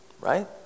Right